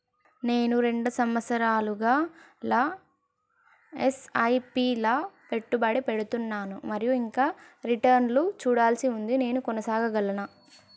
నేను రెండు సంవత్సరాలుగా ల ఎస్.ఐ.పి లా పెట్టుబడి పెడుతున్నాను మరియు ఇంకా రిటర్న్ లు చూడాల్సి ఉంది నేను కొనసాగాలా?